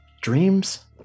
dreams